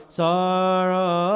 sorrow